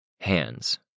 Hands